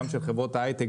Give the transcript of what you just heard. של חברות היי-טק,